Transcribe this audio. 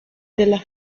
della